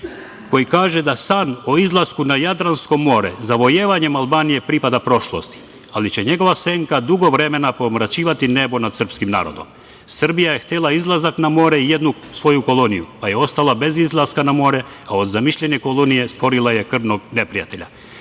koji kaže da san o izlasku na Jadransko more zavojevanjem Albanije pripada prošlosti, ali će njegova senka dugo vremena pomračivati nebo nad srpskim narodom. Srbija je htela izlazak na more i jednu svoju koloniju, pa je ostala bez izlaska na more, a od zamišljene kolonije stvorila je krvnog neprijatelja.